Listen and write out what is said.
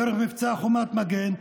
דרך מבצע חומת מגן,